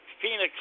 Phoenix